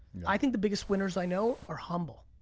i think that biggest winners i know are humble.